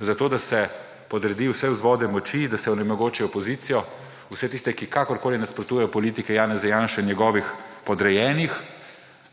za to, da se podredi vse vzvode moči, da se onemogoči opozicijo, vse tiste, ki kakorkoli nasprotujejo politiki Janeza Janše in njegovih podrejenih,